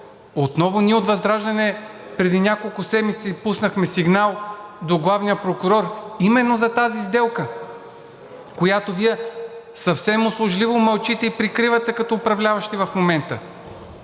отново ние от ВЪЗРАЖДАНЕ преди няколко седмици пуснахме сигнал до главния прокурор именно за тази сделка, която Вие съвсем услужливо мълчите и прикривате като управляващи в момента.